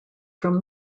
from